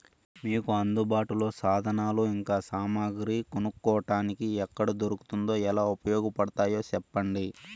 మీకు అందుబాటులో సాధనాలు ఇంకా సామగ్రి కొనుక్కోటానికి ఎక్కడ దొరుకుతుందో ఎలా ఉపయోగపడుతాయో సెప్పండి?